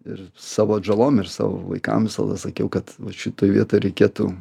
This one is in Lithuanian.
ir savo atžalom ir savo vaikam visada sakiau kad vat šitoj vietoj reikėtų